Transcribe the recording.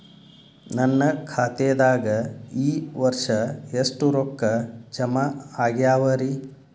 ನನ್ನ ಖಾತೆದಾಗ ಈ ವರ್ಷ ಎಷ್ಟು ರೊಕ್ಕ ಜಮಾ ಆಗ್ಯಾವರಿ?